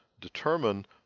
determine